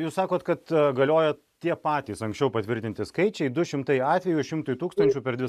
jūs sakot kad galioja tie patys anksčiau patvirtinti skaičiai du šimtai atvejų šimtui tūkstančių per dvi